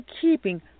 keeping